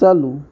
चालू